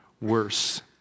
worse